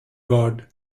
guard